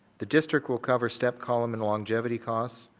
the district will cover step column and longevity cost.